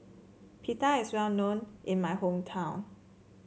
pita is well known in my hometown